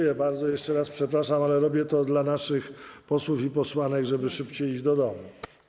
Jeszcze raz przepraszam, ale robię to dla naszych posłów i posłanek, żeby szybciej iść do domu.